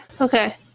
Okay